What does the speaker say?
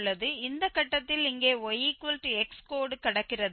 இந்த கட்டத்தில் இங்கே yx கோடு கடக்கிறது